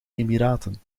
emiraten